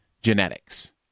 genetics